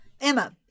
Emma